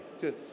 good